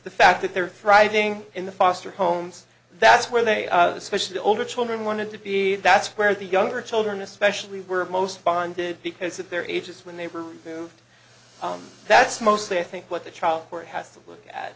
the fact that they're thriving in the foster homes that's where they especially the older children wanted to be that's where the younger children especially were most bonded because of their ages when they were removed that's mostly i think what the child has to look at